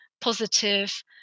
positive